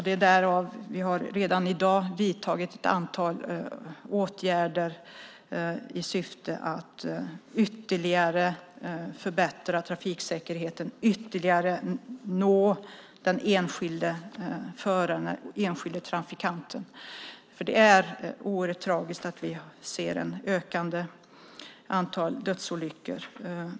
Det är därför vi redan i dag har vidtagit ett antal åtgärder, i syfte att ytterligare förbättra trafiksäkerheten och nå den enskilde föraren, den enskilde trafikanten. Det är oerhört tragiskt att vi ser ett ökande antal dödsolyckor.